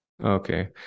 Okay